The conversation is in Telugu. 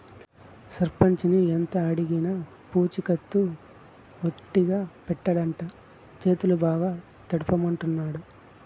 సర్పంచిని ఎంతడిగినా పూచికత్తు ఒట్టిగా పెట్టడంట, చేతులు బాగా తడపమంటాండాడు